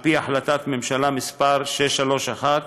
על פי החלטת הממשלה מס' 631,